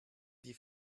die